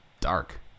dark